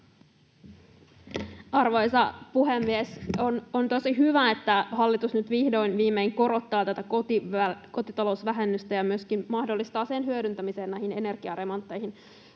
Arvoisa puhemies! On tosi hyvä, että hallitus nyt vihdoin viimein korottaa tätä kotitalousvähennystä ja myöskin mahdollistaa sen hyödyntämisen näihin energiaremontteihin.